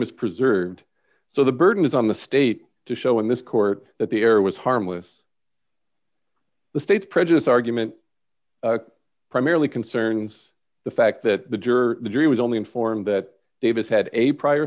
is preserved so the burden is on the state to show in this court that the error was harmless the state's prejudice argument primarily concerns the fact that the jury or the jury was only informed that davis had a prior